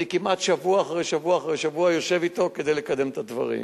כמעט שבוע אחרי שבוע אחרי שבוע יושב אתו כדי לקדם את הדברים.